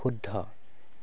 শুদ্ধ